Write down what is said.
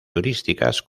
turísticas